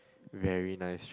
very nice